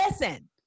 listen